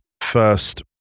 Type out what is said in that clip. first